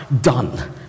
done